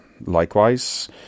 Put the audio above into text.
likewise